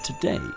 Today